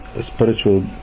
spiritual